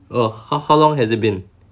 oh how how long has it been